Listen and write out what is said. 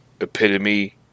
epitome